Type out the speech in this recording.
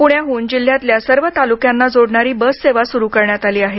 प्ण्याहून जिल्ह्यातल्या सर्व तालुक्यांना जोडणारी बससेवा सुरु करण्यात आली आहे